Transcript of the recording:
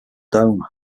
dome